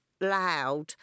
loud